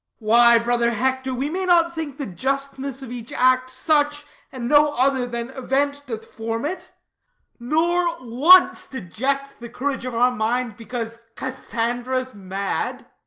why, brother hector, we may not think the justness of each act such and no other than event doth form it nor once deject the courage of our minds because cassandra's mad.